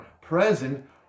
present